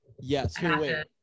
Yes